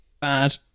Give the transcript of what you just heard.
bad